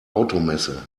automesse